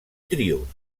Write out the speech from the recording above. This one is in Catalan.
trios